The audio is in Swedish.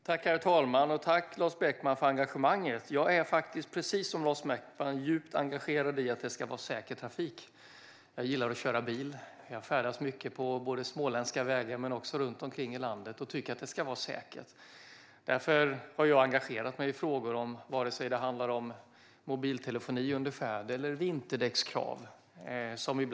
Herr talman! Jag tackar Lars Beckman för engagemanget. Jag är faktiskt, precis som Lars Beckman, djupt engagerad i att trafiken ska vara säker. Jag gillar att köra bil och färdas mycket på såväl småländska vägar som runt omkring i landet, och jag tycker att det ska vara säkert. Därför har jag engagerat mig i dessa frågor, vare sig det handlar om mobiltelefoni under färd eller vinterdäckskrav.